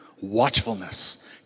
watchfulness